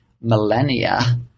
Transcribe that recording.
millennia